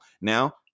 Now